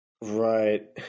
Right